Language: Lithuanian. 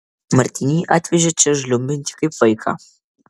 martinį atvežė čia žliumbiantį kaip vaiką